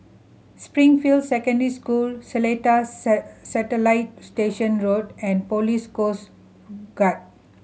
Springfield Secondary School Seletar Satellite Station Road and Police Coast Guard